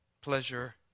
pleasure